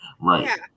Right